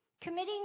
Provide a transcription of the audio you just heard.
committing